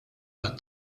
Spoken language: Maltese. għat